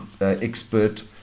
expert